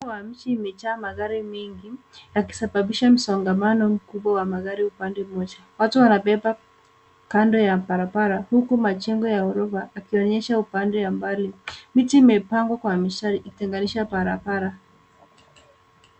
Wa mjini imejaa magari mengi, yakisababisha msongamano mkubwa wa magari upande mmoja. Watu wanabeba kando ya barabara huku majengo ya gorofa yakionyesha upande wa mbali. Miti imepangwa kwa mistari, ikitenganisha barabara.